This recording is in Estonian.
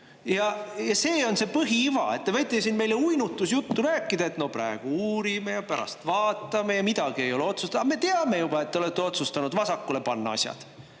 Ja see on see põhiiva. Te võite siin meile uinutusjuttu rääkida, et praegu uurime, pärast vaatame ja midagi ei ole otsustatud, aga me teame juba, et te olete otsustanud vasakule panna asjad.